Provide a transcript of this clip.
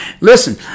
Listen